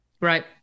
Right